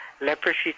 leprosy